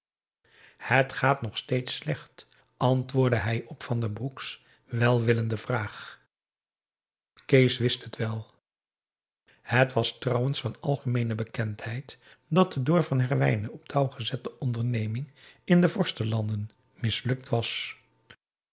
het gaat nog steeds slecht antwoordde hij op van den broek's welwillende vraag kees wist het wel het was trouwens van algemeene bekendheid dat de door van herwijnen op touw gezette onderneming in de vorstenlanden mislukt was